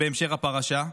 בהמשך הפרשה,